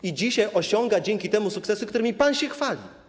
I dzisiaj osiąga dzięki temu sukcesy, którymi pan się chwali.